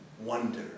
Wonder